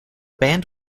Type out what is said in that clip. band